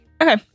Okay